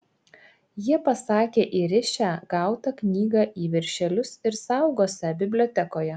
jie pasakė įrišią gautą knygą į viršelius ir saugosią bibliotekoje